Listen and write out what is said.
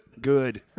Good